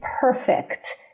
perfect